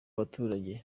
baturage